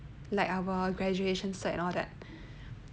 like our graduation cert and all that